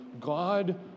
God